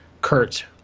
Kurt